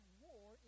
war